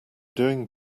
doing